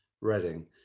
Reading